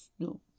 No